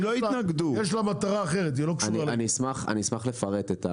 יש לה מטרה אחרת והיא לא קשורה ליוקר המחיה.